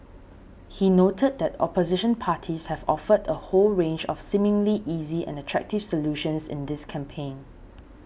he noted that opposition parties have offered a whole range of seemingly easy and attractive solutions in this campaign